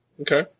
Okay